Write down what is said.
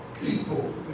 people